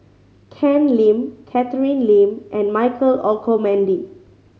Ken Lim Catherine Lim and Michael Olcomendy